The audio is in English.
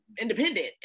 independent